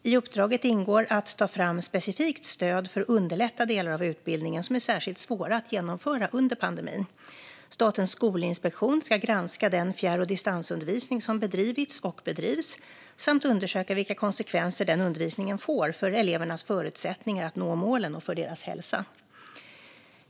I uppdraget ingår att ta fram specifikt stöd för att underlätta delar av utbildningen som är särskilt svåra att genomföra under pandemin. Statens skolinspektion ska granska den fjärr och distansundervisning som bedrivits och bedrivs samt undersöka vilka konsekvenser den undervisningen får för elevers förutsättningar att nå målen och för deras hälsa.